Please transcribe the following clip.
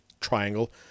triangle